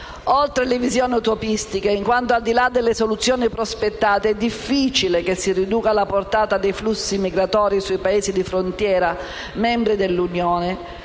Oltre le visioni utopistiche, in quanto al di là delle soluzioni prospettate è difficile che si riduca la portata dei flussi migratori sui Paesi di frontiera membri dell'Unione,